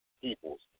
peoples